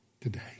today